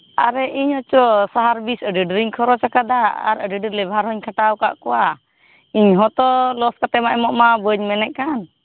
ᱟᱨᱮ ᱤᱧ ᱦᱚᱸᱛᱚ ᱥᱟᱨ ᱵᱤᱥ ᱟᱹᱰᱤ ᱰᱷᱮᱨᱤᱧ ᱠᱷᱚᱨᱚᱪᱟᱠᱟᱫᱟ ᱟᱨ ᱟᱹᱰᱤ ᱰᱷᱮᱨ ᱞᱮᱵᱟᱨ ᱦᱩᱧ ᱠᱷᱟᱴᱟᱣ ᱟᱠᱟᱫ ᱠᱚᱣᱟ ᱤᱧ ᱦᱚᱸᱛᱚ ᱞᱚᱥ ᱠᱟᱛᱮ ᱢᱟ ᱮᱢᱚᱜ ᱢᱟ ᱵᱟᱹᱧ ᱢᱮᱱᱮᱛ ᱠᱟᱱ